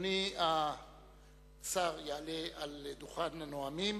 אדוני השר יעלה על דוכן הנואמים,